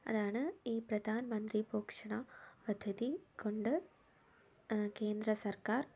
അതാണ് ഈ പ്രധാനമന്ത്രി പോഷണ പദ്ധതി എന്ന പദ്ധതികൊണ്ട് കേന്ദ്രസർക്കാർ